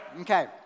Okay